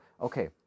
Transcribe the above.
Okay